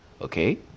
Okay